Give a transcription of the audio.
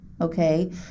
okay